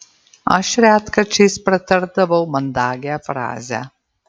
aš retkarčiais pratardavau mandagią frazę